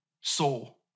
soul